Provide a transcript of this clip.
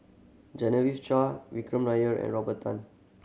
Genevieve Chua Vikram Nair and Robert Tan